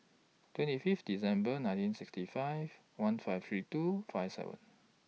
twenty Fifth December nineteen sixty five one five three two five seven